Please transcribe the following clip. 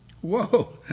Whoa